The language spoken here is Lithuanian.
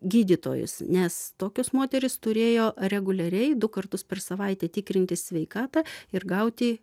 gydytojus nes tokios moterys turėjo reguliariai du kartus per savaitę tikrintis sveikatą ir gauti